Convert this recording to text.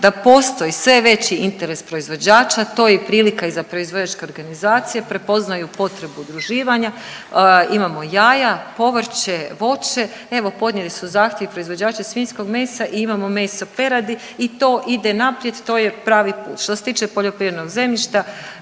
da postoji sve veći interes proizvođača. To je prilika i za proizvođačke organizacije prepoznaju potrebu udruživanja, imamo jaja, povrće, voće. Evo podnijeli su zahtjev i proizvođači svinjskog mesa i imamo meso peradi i to ide naprijed to je pravi put. Što se tiče poljoprivrednog zemljišta